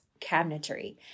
cabinetry